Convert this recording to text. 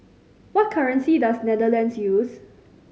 what currency does Netherlands use